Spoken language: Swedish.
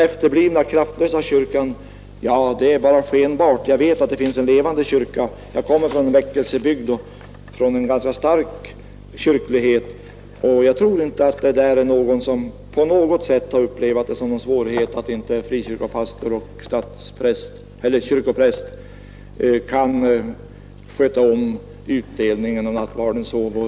Kyrkan är endast skenbart efterbliven och kraftlös. Jag vet att det finns en levande kyrka. Jag kommer från en väckelsebygd och från en ganska stark kyrklighet. Jag tror inte att någon där på något sätt har upplevt det såsom en svårighet att inte en frikyrkopastor och en statskyrkopräst tillsammans kan sköta om utdelningen av nattvardens håvor.